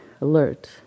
alert